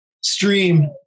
stream